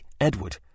Edward